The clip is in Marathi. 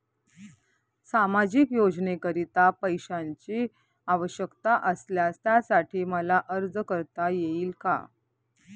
सामाजिक योजनेकरीता पैशांची आवश्यकता असल्यास त्यासाठी मला अर्ज करता येईल का?